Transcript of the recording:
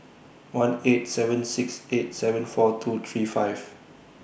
one eight seven six eight seven four two three five